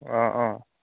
অঁ অঁ